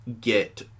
get